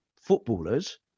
footballers